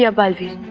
baalveer.